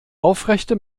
aufrechte